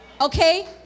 okay